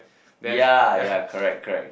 then yeah